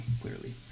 clearly